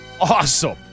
awesome